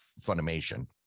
Funimation